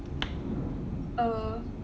err